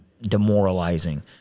demoralizing